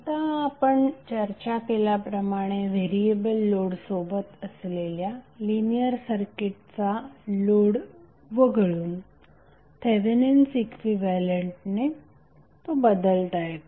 आता आपण चर्चा केल्याप्रमाणे व्हेरिएबल लोडसोबत असलेल्या लिनियर सर्किटचा लोड वगळून थेवेनिन्स इक्विव्हॅलंटने रिप्लेस करता येते